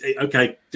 okay